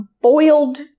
boiled